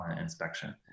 inspection